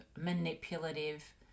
manipulative